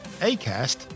Acast